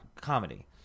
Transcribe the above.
comedy